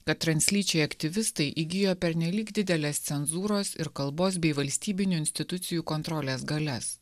kad translyčiai aktyvistai įgijo pernelyg didelės cenzūros ir kalbos bei valstybinių institucijų kontrolės galias